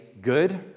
good